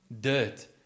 dirt